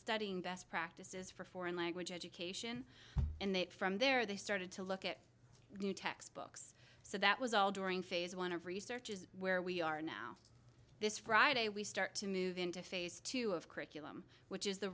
studying best practices for foreign language education and that from there they started to look at new textbooks so that was all during phase one of research is where we are now this friday we start to move into phase two of curriculum which is the